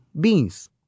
beans